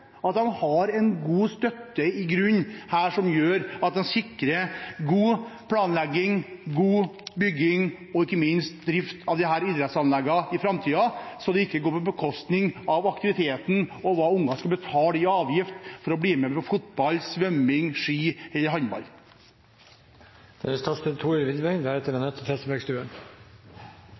har en god støtte i grunnen som gjør at en sikrer god planlegging, god bygging og ikke minst drift av disse idrettsanleggene i framtiden, så det ikke går på bekostning av aktiviteten og hva unger skal betale i avgift for å bli med på fotball, svømming, ski eller håndball. Jeg minner igjen om at det